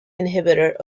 inhibitor